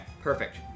perfect